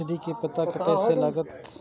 Subsidy के पता कतय से लागत?